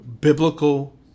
biblical